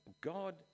God